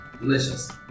Delicious